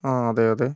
അതെ അതെ അതെ